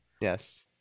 Yes